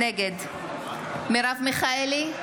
נגד מרב מיכאלי,